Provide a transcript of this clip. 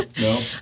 No